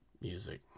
music